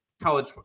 college